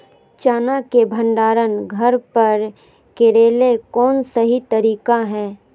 चना के भंडारण घर पर करेले कौन सही तरीका है?